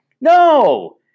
No